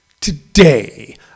today